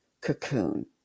cocoon